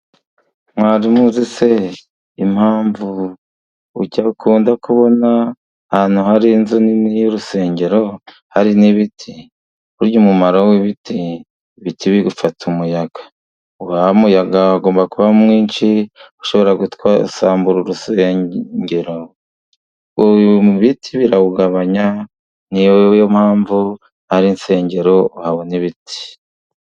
Mwari muzi se impamvu dukunda kubona ahantu hari inzu nini y'urusengero, hari n'ibiti? Burya umumaro w'ibiti bifata umuyaga, wa muyaga ugomba kuba mwinshi ushobora gutwara, gusambura urusengero, ibi biti birawugabanya ni yo mpamvu ahari insengero wuhabona ibiti.